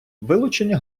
вилучення